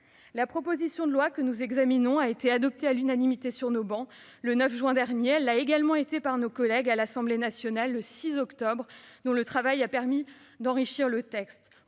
La proposition de loi que nous examinons a été adoptée à l'unanimité de notre assemblée le 9 juin dernier. Elle l'a également été le 6 octobre par nos collègues de l'Assemblée nationale, dont le travail a permis d'enrichir le texte.